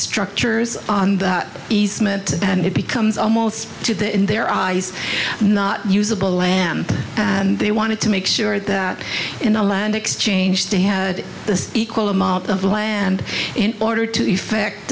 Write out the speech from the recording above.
structures easement and it becomes almost to the in their eyes not usable lamb and they wanted to make sure that in a land exchange they had this equal amount of land in order to effect